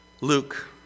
Luke